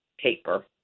Paper